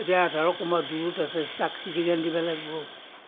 এতিয়া ধৰক কোনোবা দূৰত আছে তাক চিঠিখন দিব লাগিব